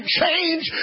change